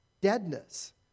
deadness